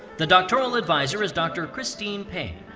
the doctoral advisor is dr. christine payne.